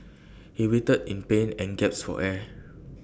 he writhed in pain and gasped for air